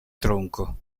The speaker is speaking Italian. tronco